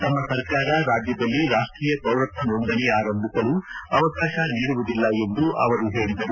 ತಮ್ನ ಸರ್ಕಾರ ರಾಜ್ಯದಲ್ಲಿ ರಾಷ್ಷೀಯ ಪೌರತ್ವ ನೊಂದಣಿ ಆರಂಭಿಸಲು ಅವಕಾಶ ನೀಡುವುದಿಲ್ಲ ಎಂದು ಅವರು ತಿಳಿಸಿದರು